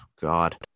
God